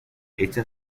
hecha